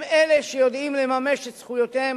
הם אלה שהכי פחות יודעים לממש את זכויותיהם,